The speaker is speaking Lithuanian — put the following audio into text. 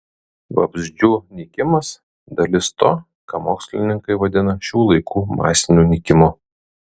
vabzdžių nykimas dalis to ką mokslininkai vadina šių laikų masiniu nykimu